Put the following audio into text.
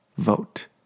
Vote